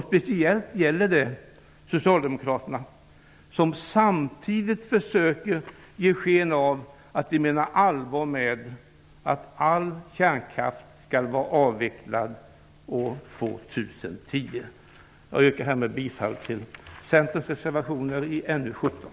Speciellt gäller det socialdemokraterna som samtidigt försöker ge sken av att de menar allvar med att all kärnkraft skall vara avvecklad år Jag yrkar härmed bifall till Centerns reservationer i NU17.